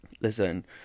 listen